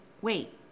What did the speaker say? wait